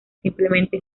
simplemente